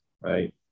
right